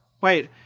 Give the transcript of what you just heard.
Wait